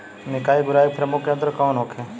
निकाई गुराई के प्रमुख यंत्र कौन होखे?